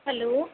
hello